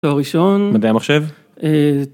הראשון מדעי המחשב.